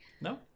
No